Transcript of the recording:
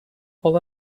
all